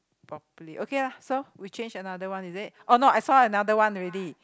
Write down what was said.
properly okay ah so we change another one is it oh no I saw another one already